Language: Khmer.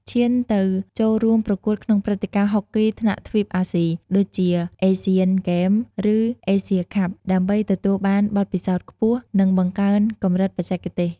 ឈានទៅចូលរួមប្រកួតក្នុងព្រឹត្តិការណ៍ហុកគីថ្នាក់ទ្វីបអាស៊ី ដូចជាអេស៑ាន ហ្គេមឬ អេស៑ៀ ខាប់ ដើម្បីទទួលបានបទពិសោធន៍ខ្ពស់ និងបង្កើនកម្រិតបច្ចេកទេស។